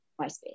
MySpace